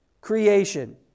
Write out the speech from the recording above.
creation